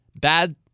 bad